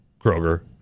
kroger